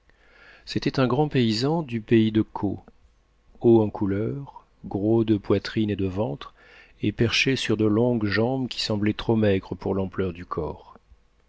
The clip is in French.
c'était un grand paysan du pays de caux haut en couleur gros de poitrine et de ventre et perché sur de longues jambes qui semblaient trop maigres pour l'ampleur du corps